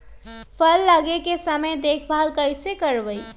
फल लगे के समय देखभाल कैसे करवाई?